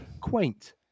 quaint